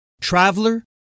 traveler